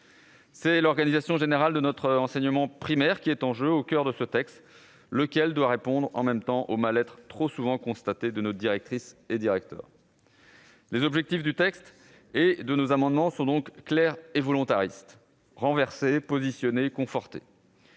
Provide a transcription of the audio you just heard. C'est l'organisation générale de notre enseignement primaire qui est en jeu au travers de ce texte, lequel doit répondre, en même temps, au mal-être trop souvent constaté de nos directrices et directeurs. Les objectifs du texte et de nos amendements sont donc clairs et volontaristes : renverser, positionner et conforter.